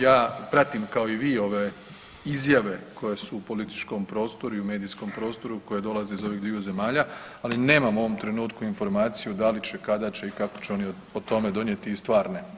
Ja pratim kao i vi ove izjave koje su u političkom prostoru i u medijskom prostoru, koje dolaze iz ovih dviju zemalja, ali nemam u ovom trenutku informaciju da li će, kada će i kako će o tome donijeti i stvarne odluke, Hvala.